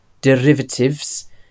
Derivatives